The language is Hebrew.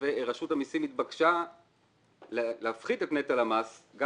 ורשות המסים התבקשה להפחית את נטל המס גם